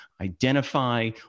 identify